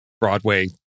Broadway